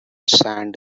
sand